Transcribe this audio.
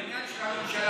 העניין הוא שהממשלה,